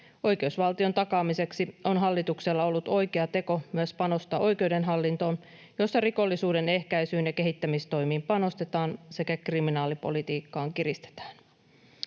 Oikeusvaltion takaamiseksi on hallitukselta ollut oikea teko myös panostaa oikeuden hallintoon, jossa rikollisuuden ehkäisyyn ja kehittämistoimiin panostetaan sekä kriminaalipolitiikkaa kiristetään.